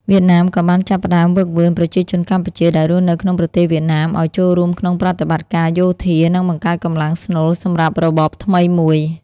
វៀតណាមក៏បានចាប់ផ្តើមហ្វឹកហ្វឺនប្រជាជនកម្ពុជាដែលរស់នៅក្នុងប្រទេសវៀតណាមឱ្យចូលរួមក្នុងប្រតិបត្តិការយោធា និងបង្កើតកម្លាំងស្នូលសម្រាប់របបថ្មីមួយ។